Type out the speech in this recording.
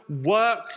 work